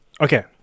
Okay